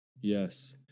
Yes